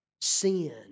sin